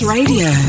Radio